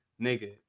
nigga